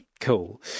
cool